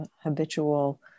habitual